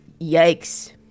Yikes